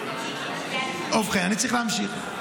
אוקיי, אני צריך להמשיך.